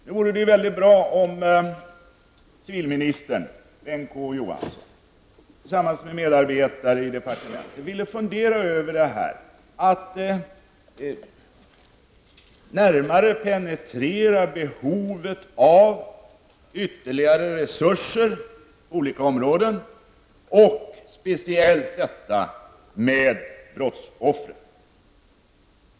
Det vore bra om civilminister Bengt K Å Johansson tillsammans med medarbetare i departementet ville fundera över möjlligheterna att närmare penetrera behovet av ytterligare resurser på olika områden, speciellt vad gäller brottsoffren.